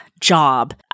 job